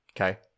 Okay